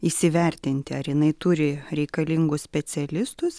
įsivertinti ar jinai turi reikalingus specialistus